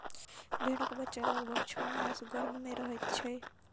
भेंड़क बच्चा लगभग छौ मास गर्भ मे रहैत छै